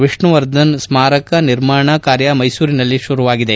ವಿಷ್ಣುವರ್ಧನ್ ಸ್ಮಾರಕ ನಿರ್ಮಾಣ ಕಾರ್ಯ ಮೈಸೂರಿನಲ್ಲಿ ಶುರುವಾಗಿದೆ